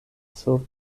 sur